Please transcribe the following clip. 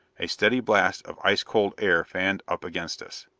a steady blast of ice cold air fanned up against us.